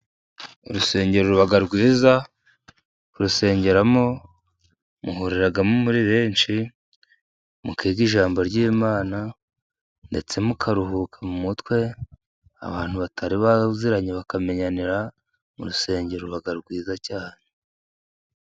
Urusengero ruba rwiza ,murusengeramo ,muhuriramo muri benshi ,mukiga ijambo ry'Imana ndetse mukaruhuka mu mutwe ,abantu batari baziranye bakamenyanira mu rusengero ruba rwiza cyane.